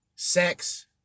sex